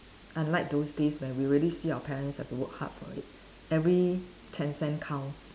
unlike those days when we really see our parents have to work hard for it every ten cent counts